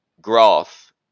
Graph